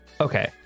okay